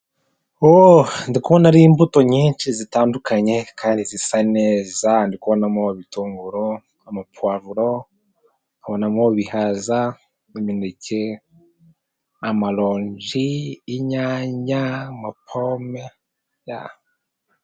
Ooh! Ndi kubona ari imbuto nyinshi zitandukanye kandi zisa neza, ndikubonamo ibitunguru, amapavuro nkabonamo ibihaza, imineke amalonji, inyanya na pome.